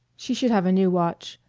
she should have a new watch,